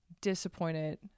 disappointed